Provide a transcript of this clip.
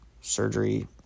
surgery